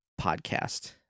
Podcast